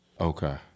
Okay